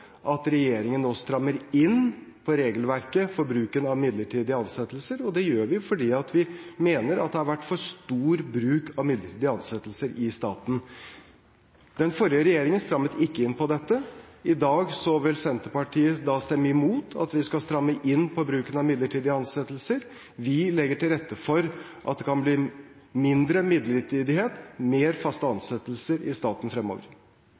at regjeringen nå strammer inn på regelverket for bruken av midlertidige ansettelser. Det gjør vi fordi vi mener at det har vært for stor bruk av midlertidige ansettelser i staten. Den forrige regjeringen strammet ikke inn på dette. I dag vil Senterpartiet stemme imot at vi skal stramme inn på bruken av midlertidige ansettelser. Vi legger til rette for at det kan bli mindre midlertidighet og mer av faste ansettelser i staten fremover.